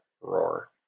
roar